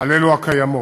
על הקיימות.